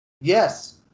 Yes